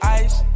ice